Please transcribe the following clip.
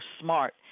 smart